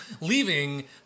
leaving